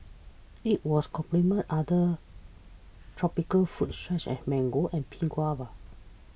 it was complements other tropical fruit such as mango and pink guava